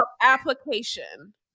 application